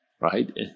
right